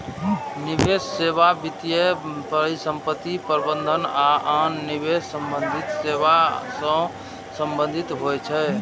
निवेश सेवा वित्तीय परिसंपत्ति प्रबंधन आ आन निवेश संबंधी सेवा सं संबंधित होइ छै